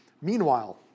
Meanwhile